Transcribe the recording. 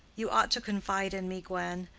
you ought to confide in me, gwen.